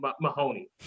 Mahoney